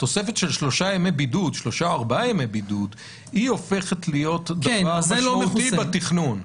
התוספת של שלושה או ארבעה ימי בידוד הופכת להיות דבר משמעותי בתכנון.